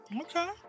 Okay